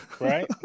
right